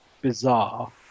bizarre